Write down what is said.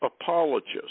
apologist